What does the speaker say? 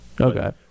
Okay